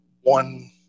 one